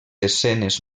escenes